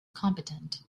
competent